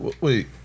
Wait